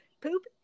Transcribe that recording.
poop